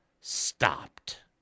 stopped